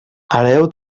hereu